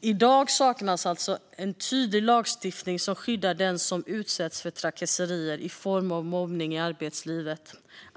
I dag saknas alltså en tydlig lagstiftning som skyddar den som utsätts för trakasserier i form av mobbning i arbetslivet.